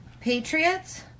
Patriots